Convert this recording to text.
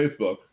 Facebook